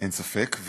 אין ספק.